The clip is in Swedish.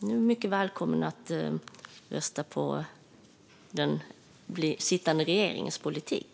Hon är mycket välkommen att rösta på den sittande regeringens politik.